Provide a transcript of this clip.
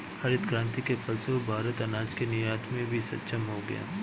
हरित क्रांति के फलस्वरूप भारत अनाज के निर्यात में भी सक्षम हो गया